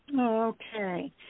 Okay